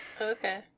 okay